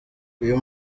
uyu